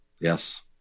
Yes